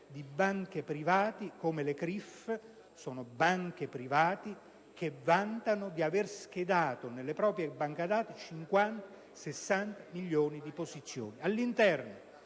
di banche privati - come la CRIF - che vantano di aver schedato nelle proprie banche dati 50-60 milioni di posizioni, all'interno